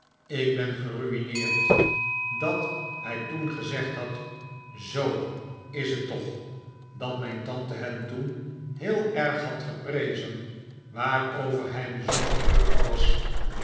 ik ben geruineerd dat hij toen gezegd had zoo is het toch dat mijn tante hem toen heel erg had geprezen waarover hij bijzonder verheugd was